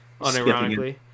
Unironically